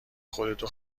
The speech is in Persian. خودتو